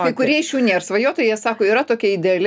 kai kurie iš jų nėr svajotojai jie sako yra tokia ideali